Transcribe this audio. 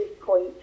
point